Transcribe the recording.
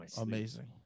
Amazing